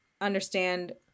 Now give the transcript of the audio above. understand